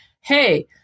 hey